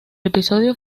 episodio